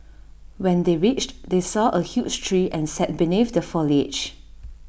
when they reached they saw A huge tree and sat beneath the foliage